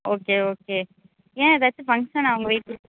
okay okay ஏன் எதாச்சும் ஃபங்க்ஷனா உங்கள் வீட்டு